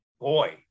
Boy